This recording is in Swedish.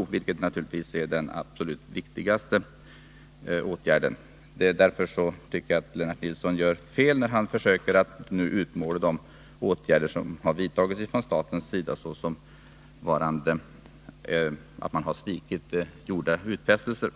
Och det är naturligtvis den absolut viktigaste åtgärden. Därför tycker jag att Lennart Nilsson gör fel när han säger att staten har svikit gjorda utfästelser.